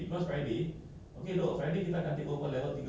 banyak leceh ah I don't know ah how you want to handle her but